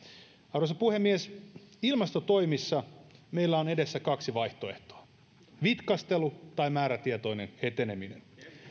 arvoisa puhemies ilmastotoimissa meillä on edessä kaksi vaihtoehtoa vitkastelu tai määrätietoinen eteneminen